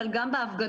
אבל גם בהפגנות.